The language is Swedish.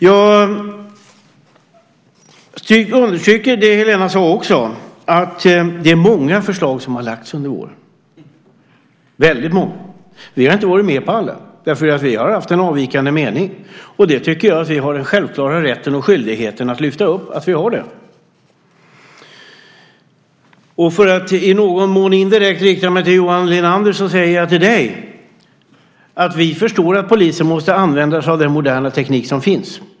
Jag understryker också det Helena sade, att det är många förslag som har lagts under våren, väldigt många. Vi har inte varit med på alla, därför att vi har haft en avvikande mening. Jag tycker att vi har den självklara rätten och skyldigheten att lyfta upp att vi har det. För att i någon mån indirekt rikta mig till Johan Linander, säger jag till dig att vi förstår att polisen måste använda sig av den moderna teknik som finns.